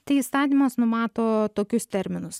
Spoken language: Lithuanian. tai įstatymas numato tokius terminus